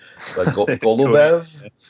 Golubev